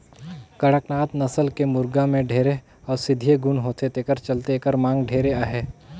कड़कनाथ नसल के मुरगा में ढेरे औसधीय गुन होथे तेखर चलते एखर मांग ढेरे अहे